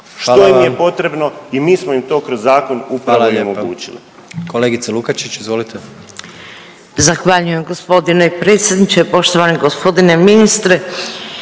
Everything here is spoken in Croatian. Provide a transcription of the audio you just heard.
im je potrebno i mi smo im to kroz zakon upravo i omogućili.